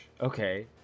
Okay